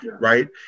right